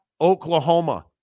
Oklahoma